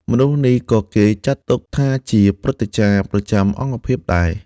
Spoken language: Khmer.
មនុស្សនេះក៏គេចាត់ទុកថាជា ព្រឹទ្ធាចារ្យប្រចាំអង្គភាព ដែរ។